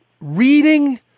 reading